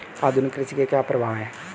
आधुनिक कृषि के क्या प्रभाव हैं?